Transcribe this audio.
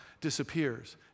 disappears